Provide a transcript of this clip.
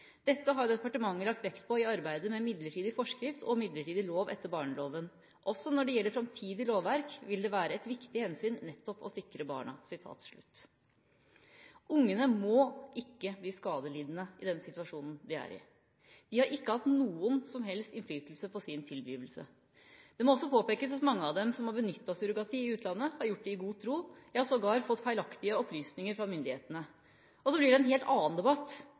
Dette har departementet lagt vekt på i arbeidet med midlertidig forskrift og midlertidig lov etter barneloven. Også når det gjelder framtidig lovverk, vil det være et viktig hensyn nettopp å sikre barna.» Ungene må ikke bli skadelidende i den situasjonen de er i. De har ikke hatt noen som helst innflytelse på sin tilblivelse. Det må også påpekes at mange av dem som har benyttet surrogati i utlandet, har gjort det i god tro – ja, sågar fått feilaktige opplysninger fra myndighetene. Så blir det en helt annen debatt